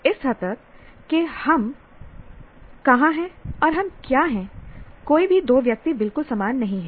इस हद तक कि हम कहां हैं और हम क्या हैं कोई भी दो व्यक्ति बिल्कुल समान नहीं हैं